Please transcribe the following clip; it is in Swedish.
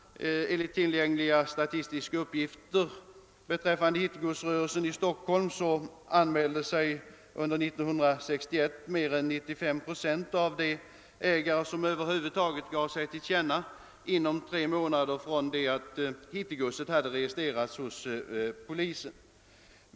Enligt tillgängliga statistiska uppgifter beträffande hittegodsrörelsen i Stockholm anmälde sig under 1961 mer än 95 procent av de ägare, som över huvud taget gav sig till känna, inom tre månader efter det att hittegodset hade registrerats hos polisen.